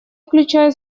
включая